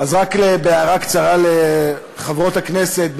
אז רק בהערה קצרה לחברות הכנסת,